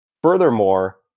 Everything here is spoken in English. Furthermore